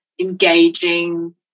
engaging